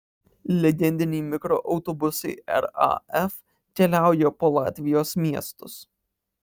legendiniai mikroautobusai raf keliauja po latvijos miestus